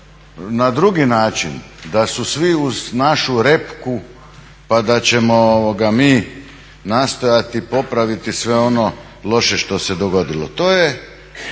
na drugi način, da su svi uz našu repku pa da ćemo mi nastojati popraviti sve ono loše što se dogodilo. Vi ste